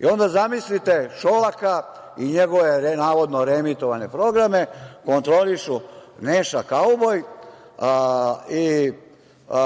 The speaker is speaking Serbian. SBB-a. Zamislite onda Šolaka i njegove navodno reemitovane programe kontrolišu Neša kauboj i